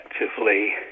effectively